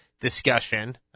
discussion